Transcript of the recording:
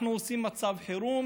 אנחנו עושים מצב חירום,